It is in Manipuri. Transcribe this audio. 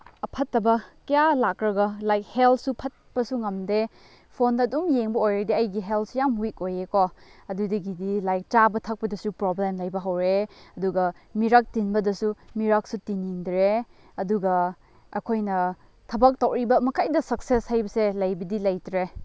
ꯑꯐꯠꯇꯕ ꯀꯌꯥ ꯂꯥꯛꯂꯒ ꯂꯥꯏꯛ ꯍꯦꯜꯠꯁꯨ ꯐꯠꯄꯁꯨ ꯉꯝꯗꯦ ꯐꯣꯟꯗ ꯑꯗꯨꯝ ꯌꯦꯡꯕ ꯑꯣꯏꯔꯗꯤ ꯑꯩꯒꯤ ꯍꯦꯜꯠꯁꯨ ꯌꯥꯝ ꯋꯤꯛ ꯑꯣꯏꯌꯦ ꯀꯣ ꯑꯗꯨꯗꯒꯤꯗꯤ ꯂꯥꯏꯛ ꯆꯥꯕ ꯊꯛꯄꯗꯁꯨ ꯄ꯭ꯔꯣꯕ꯭ꯂꯦꯝ ꯂꯩꯕ ꯍꯧꯔꯛꯑꯦ ꯑꯗꯨꯒ ꯃꯤꯔꯛ ꯇꯤꯟꯕꯗꯁꯨ ꯃꯤꯔꯛꯁꯨ ꯇꯤꯟꯅꯤꯡꯗ꯭ꯔꯦ ꯑꯗꯨꯒ ꯑꯩꯈꯣꯏꯅ ꯊꯕꯛ ꯇꯧꯔꯤꯕ ꯃꯈꯩꯗ ꯁꯛꯁꯦꯁ ꯍꯥꯏꯕꯁꯦ ꯂꯩꯕꯗꯤ ꯂꯩꯇ꯭ꯔꯦ